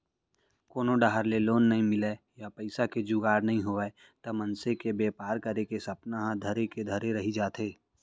कोनो डाहर ले लोन नइ मिलय या पइसा के जुगाड़ नइ होवय त मनसे के बेपार करे के सपना ह धरे के धरे रही जाथे